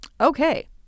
Okay